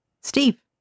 Steve